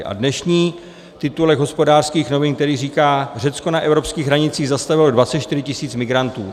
A dnešní titulek Hospodářských novin říká: Řecko na evropských hranicích zastavilo 24 tisíc migrantů.